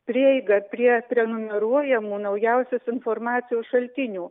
prieiga prie prenumeruojamų naujausios informacijos šaltinių